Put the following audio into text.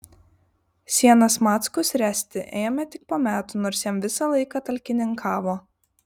sienas mackus ręsti ėmė tik po metų nors jam visą laiką talkininkavo